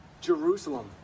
Jerusalem